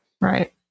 Right